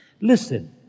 listen